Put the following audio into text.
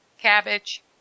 cabbage